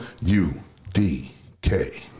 U-D-K